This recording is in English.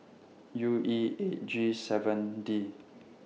U E eight G seven D